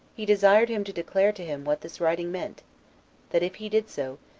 he desired him to declare to him what this writing meant that if he did so,